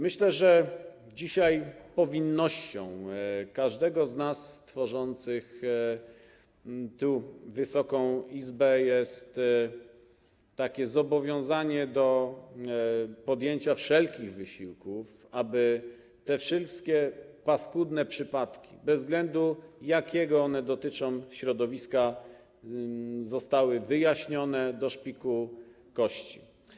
Myślę, że dzisiaj powinnością każdego z nas, każdej z osób tworzących Wysoką Izbę jest zobowiązanie się do podjęcia wszelkich wysiłków, aby te wszystkie paskudne przypadki, bez względu na to, jakiego dotyczą środowiska, zostały wyjaśnione do szpiku kości.